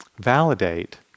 validate